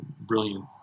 brilliant